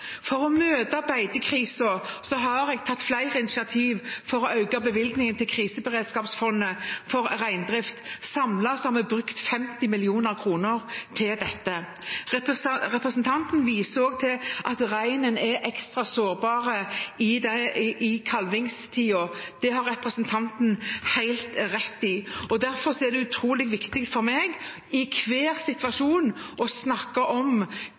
For å møte beitekrisen har jeg tatt flere initiativ for å øke bevilgningen til kriseberedskapsfondet for reindriften. Samlet sett har vi brukt 50 mill. kr til dette. Representanten viser også til at reinen er ekstra sårbar i kalvingstiden. Det har representanten helt rett i, og derfor er det utrolig viktig for meg, i enhver situasjon, å snakke om